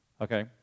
Okay